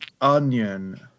onion